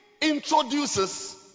introduces